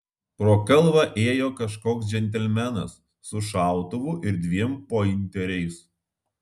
pro kalvą ėjo kažkoks džentelmenas su šautuvu ir dviem pointeriais